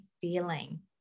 feeling